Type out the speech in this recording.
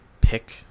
pick